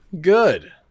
good